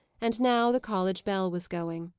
and now the college bell was going.